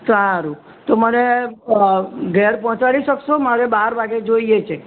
સારું તો મને ઘેર પહોંચાડી શકશો મારે બાર વાગે જોઈએ છે